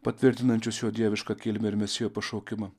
patvirtinančius jo dievišką kilmę ir mesijo pašaukimą